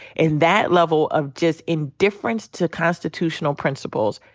and that level of just indifference to constitutional principles.